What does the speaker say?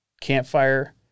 campfire